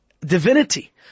divinity